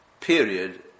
period